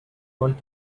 want